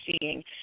seeing